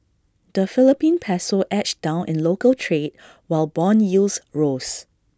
the Philippine Peso edged down in local trade while Bond yields rose